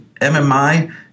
MMI